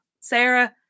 Sarah